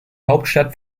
hauptstadt